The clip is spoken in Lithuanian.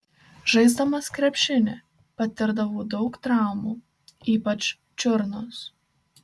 žaisdamas krepšinį patirdavau daug traumų ypač čiurnos